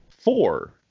Four